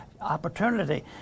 opportunity